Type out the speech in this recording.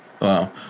Wow